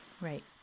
Right